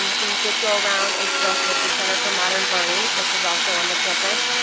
um we did go around and spoke with the center for modern learning, which is also on the campus.